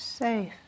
Safe